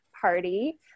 party